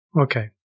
Okay